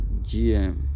GM